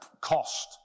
cost